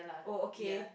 oh okay